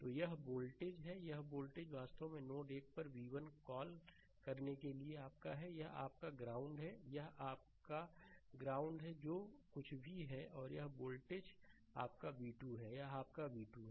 तो यह वोल्टेज यह वोल्टेज वास्तव में नोड 1 पर v1 कॉल1 करने के लिए आपका है यह आपका ग्राउंड है यह आपका ग्राउंड है जो कुछ भी है और यह वोल्टेज आपका v2 है यह आपका v2 है